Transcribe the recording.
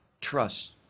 trust